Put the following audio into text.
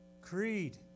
Creed